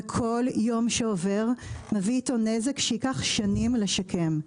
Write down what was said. וכל יום שעובר מביא איתו נזק שייקח שנים לשקם.